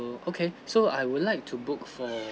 okay so I would like to book for